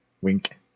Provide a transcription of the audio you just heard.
Wink